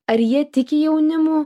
ar jie tiki jaunimu